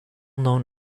known